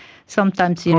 sometimes, you know